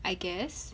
I guess